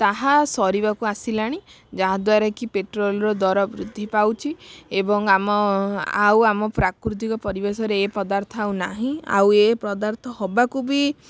ତାହା ସରିବାକୁ ଆସିଲାଣି ଯାହା ଦ୍ବାରା କି ପେଟ୍ରୋଲ ର ଦର ବୃଦ୍ଧି ପାଉଛି ଏବଂ ଆମ ଆଉ ଆମ ପ୍ରାକୃତିକ ପରିବେଶ ରେ ଏ ପଦାର୍ଥ ଆଉ ନାହିଁ ଆଉ ଏ ପଦାର୍ଥ ହେବାକୁ ବି